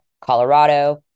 Colorado